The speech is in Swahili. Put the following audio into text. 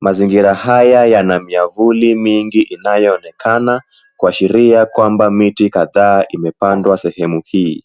Mazingira haya yana miavuli mingi inayoonekana kuashiria kwamba miti kadhaa imepandwa sehemu hii.